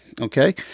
okay